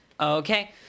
Okay